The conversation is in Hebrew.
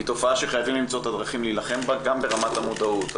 היא תופעה שחייבים למצוא את הדרכים להילחם בה גם ברמת המודעות.